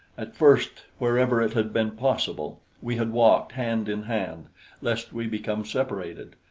at first, wherever it had been possible, we had walked hand in hand lest we become separated,